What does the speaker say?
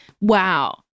Wow